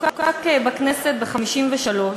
שחוקק בכנסת ב-1953.